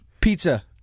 pizza